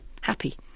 happy